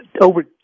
over